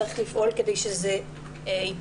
צריך לפעול כדי שזה ייפסק.